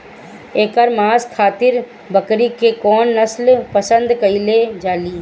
एकर मांस खातिर बकरी के कौन नस्ल पसंद कईल जाले?